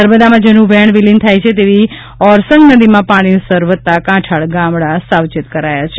નર્મદામાં જેનું વહેજ઼ વિલીન થાય છે તેવી ઓરસંગ નદીમાં પાજ઼ીનું સ્તર વધતા કાંઠાળ ગામડા સાવચેત કરાયા છે